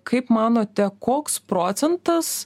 kaip manote koks procentas